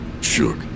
shook